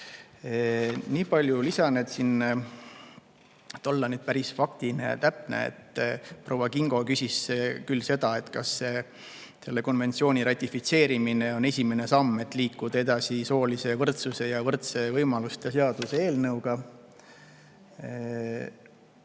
Nii palju lisan, et siin olla päris faktiline ja täpne, et proua Kingo küsis küll seda, kas selle konventsiooni ratifitseerimine on esimene samm, et liikuda edasi soolise võrdsuse ja võrdsete võimaluste seaduse eelnõuga,